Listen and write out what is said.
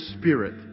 Spirit